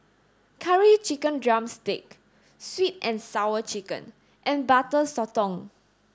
curry chicken drumstick sweet and sour chicken and butter sotong